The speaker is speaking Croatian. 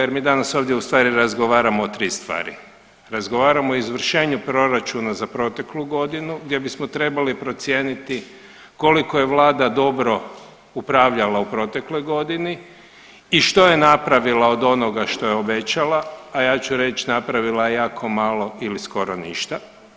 Jer mi danas ovdje u stvari razgovaramo o tri stvari, razgovaramo o izvršenju proračuna za proteklu godinu gdje bismo trebali procijeniti koliko je Vlada dobro upravljala u protekloj godini i što je napravila od onoga što je obećala, a ja ću reći napravila je jako malo ili skoro ništa.